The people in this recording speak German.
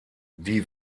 die